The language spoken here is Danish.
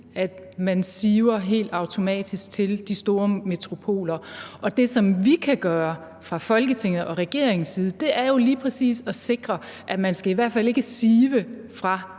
man helt automatisk siver til de store metropoler, og det, som vi kan gøre fra Folketingets og regeringens side, er jo lige præcis at sikre, at man i hvert fald ikke skal sive fra